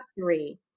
three